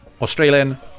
Australian